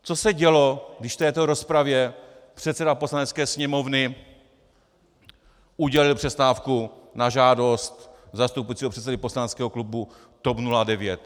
Co se dělo, když v této rozpravě předseda Poslanecké sněmovny udělil přestávku na žádost zastupujícího předsedy poslaneckého klubu TOP 09?